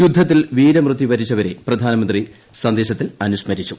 യുദ്ധത്തിൽ വീരമൃത്യുവരിച്ചവരെ പ്രധാനമന്ത്രി സന്ദേശത്തിൽ അനുസ്മരിച്ചു